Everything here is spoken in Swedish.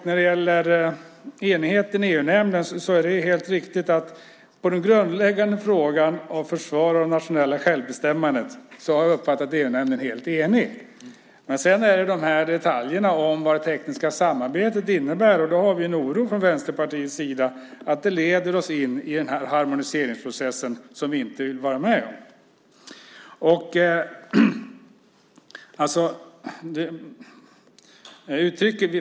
När det gäller enigheten i EU-nämnden är det helt riktigt att i den grundläggande frågan om försvar av det nationella självbestämmandet har jag uppfattat att EU-nämnden är helt enig. Sedan gäller det detaljerna om vad det tekniska samarbetet innebär. Där har vi en oro från Vänsterpartiets sida att det leder oss in i en harmoniseringsprocess som vi inte vill vara med om.